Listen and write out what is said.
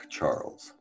Charles